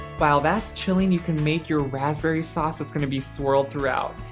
while that's chilling, you can make your raspberry sauce that's gonna be swirled throughout.